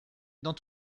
dans